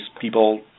people